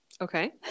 okay